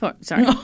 Sorry